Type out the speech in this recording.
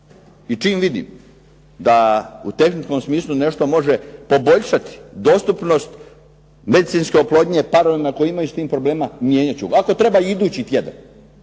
i čim vidim da u tehničim smislu nešto može poboljšati dostupnost medicinske oplodnje paralelno …/Govornik se ne razumije./… tim problemima mijenjat ću ga, ako treba i idući tjedan